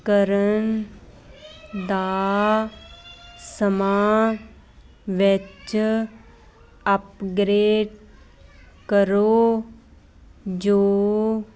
ਕਰਨ ਦਾ ਸਮਾਂ ਵਿੱਚ ਆਪਗ੍ਰੇਡ ਕਰੋ ਜੋ